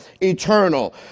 eternal